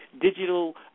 digital